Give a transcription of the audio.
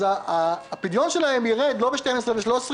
אז הפדיון שלהם ירד לא ב-12% או ב-13%